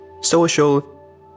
social